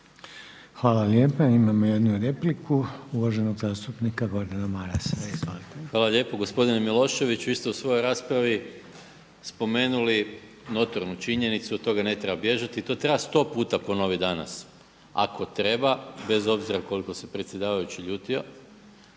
Hvala lijepa. Imamo jednu repliku, uvaženog zastupnika Gordana Marasa. Izvolite. **Maras, Gordan (SDP)** Hvala lijepa. Gospodine Milošević, vi ste u svojoj raspravi spomenuli notornu činjenicu. Od toga ne treba bježati, to treba sto puta ponoviti danas ako treba bez obzira koliko se predsjedavajući ljutio,